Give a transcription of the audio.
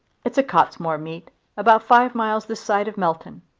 it's a cottesmore meet about five miles this side of melton.